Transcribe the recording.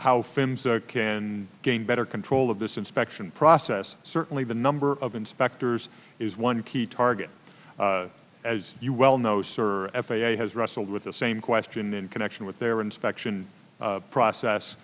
films can gain better control of this inspection process certainly the number of inspectors is one key target as you well know sir f a a has wrestled with the same question in connection with their inspection process